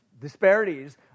disparities